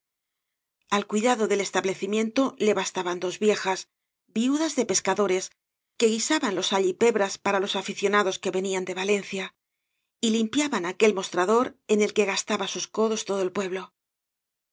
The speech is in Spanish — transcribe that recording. al cuidado del establecimiento le basta ban dos viejas viudas de pescadores que guisaban los all y pebres para los aficionados que venían de valencia y limpiaban aquel mostrador en el que gastaba sus codos todo el pueblo